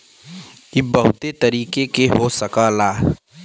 इ बहुते तरीके क हो सकला